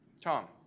Tom